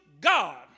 God